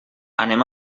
anem